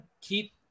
keep